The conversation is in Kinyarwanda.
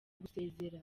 gusezera